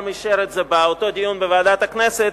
אישר את זה באותו דיון בוועדת הכנסת,